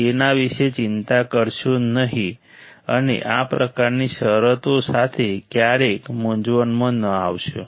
તેના વિશે ચિંતા કરશો નહીં અને આ પ્રકારની શરતો સાથે ક્યારેય મૂંઝવણમાં ન આવશો